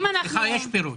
אבל אצלך יש פירוט.